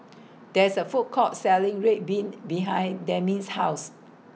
There IS A Food Court Selling Red Bean behind Demi's House